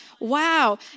Wow